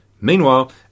Meanwhile